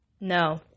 No